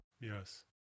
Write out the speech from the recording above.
Yes